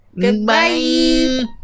goodbye